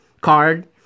card